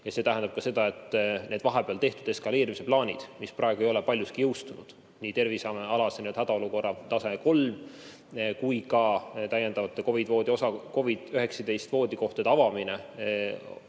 See tähendab ka seda, et need vahepeal tehtud eskaleerimisplaanid, mis praegu ei ole paljuski jõustunud – nii tervishoiualase hädaolukorra tase 3 kui ka täiendavate COVID‑19 voodikohtade avamine